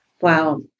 Wow